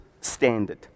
standard